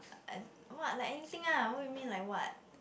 I I what like anything ah what you mean like what